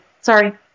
Sorry